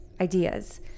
ideas